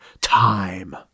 time